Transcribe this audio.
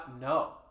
No